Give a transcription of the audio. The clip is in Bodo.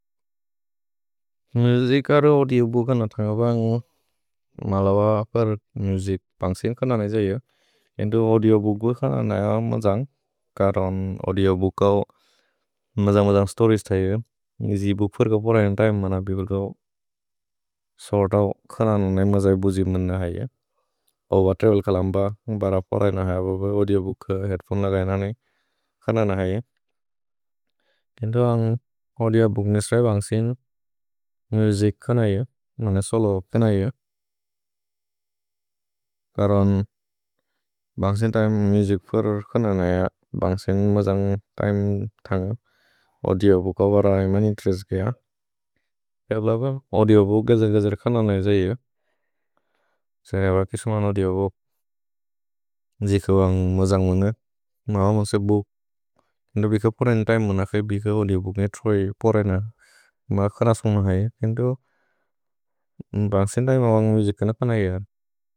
मुजिक् अरु औदिओबूक न तन्ग बन्गु मलव अकर् मुजिक् पन्ग्सिन् कननै जैयो। तेन्तु औदिओबूकु कननै अवन्ग् मजन्ग् करोन् औदिओबूकौ मजन्ग् मजन्ग् स्तोरिएस् थैयो। निजि बूक् फुर्ग पोरहि न्दैम् मन बिबुल्कौ सोर्तौ कननै मजै बुजिम् नन हैयो। अव त्रवेल् कलम्ब न्बर पोरहि नन हैय बबो औदिओबूक हेअद्फोने लगै ननै कननै हैयो। तेन्तु अवन्ग् औदिओबूक् नेस्रै पन्ग्सिन् मुजिक् कननै यो, नन सोलो कननै यो। करोन् पन्ग्सिन् थैम् मुजिक् फुर्ग कननै य पन्ग्सिन् मजन्ग् थैम् तन्ग औदिओबूक बरहि मन इन्तेरेस्त् कय। के अलब औदिओबूक् गजर् गजर् कननै जैयो। सय वकित् मन औदिओबूक् जिकवन्ग् मजन्ग् मुन्गेत् मवन्ग् मुजिक् बुक्। केन्दो बिक पोरहि न्दैम् मनकै बिक औदिओबूक् न्गे त्रोय् पोरहि न मकनस् मुन हैयो। केन्दो पन्ग्सिन् थैम् अवन्ग् मुजिक् कननै य।